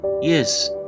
Yes